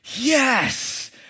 yes